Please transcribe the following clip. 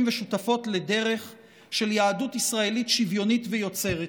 ושותפות לדרך של יהדות ישראלית שוויונית ויוצרת.